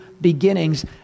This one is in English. beginnings